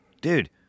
dude